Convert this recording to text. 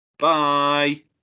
Bye